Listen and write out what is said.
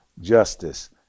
justice